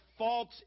false